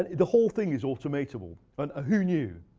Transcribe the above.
the whole thing is automatable. and ah who knew?